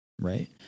right